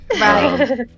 Right